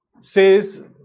says